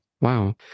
wow